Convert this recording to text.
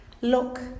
Look